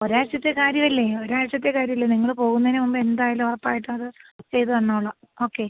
ഒരാഴ്ച്ചത്തെ കാര്യമല്ലേ ഒരാഴ്ച്ചത്തെ കാര്യമല്ലേ നിങ്ങൾ പോവുന്നതിനു മുൻപ് എന്തായാലും ഉറപ്പായിട്ടത് ചെയ്തു തന്നോളാം ഓക്കെ